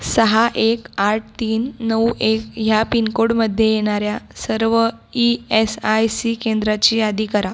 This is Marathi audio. सहा एक आठ तीन नऊ एक ह्या पिनकोडमध्ये येणाऱ्या सर्व ई एस आय सी केंद्राची यादी करा